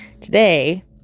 Today